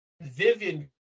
Vivian